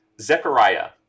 Zechariah